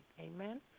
Amen